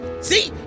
See